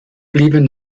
blieben